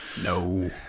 no